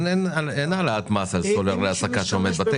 אין העלאת מס על סולר להסקה שעומד בתקן?